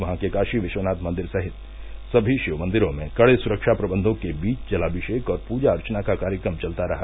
वहां के काशी विश्वनाथ मंदिर सहित सभी शिव मंदिरों में कड़े सुरक्षा प्रबंघों के बीच जलाभिषेक और पूजा अर्चना का कार्यक्रम चलता रहा